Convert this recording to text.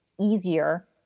easier